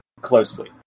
closely